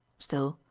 still,